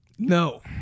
No